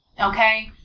okay